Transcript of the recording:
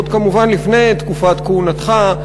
כמובן עוד לפני תקופת כהונתך,